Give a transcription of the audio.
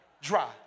dry